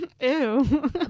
ew